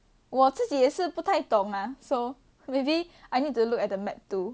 我自己也是不太懂 lah so maybe I need to look at a map too